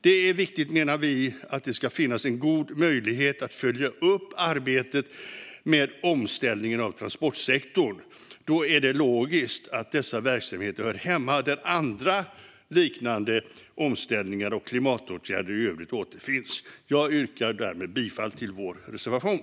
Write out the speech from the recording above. Det är viktigt, menar vi, att det finns goda möjligheter att följa upp arbetet med omställningen av transportsektorn. Då är det logiskt att dessa verksamheter hör hemma där andra, liknande omställningar och övriga klimatåtgärder återfinns. Jag yrkar därmed bifall till vår reservation.